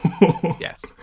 yes